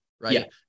right